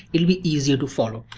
it'll be easier to follow.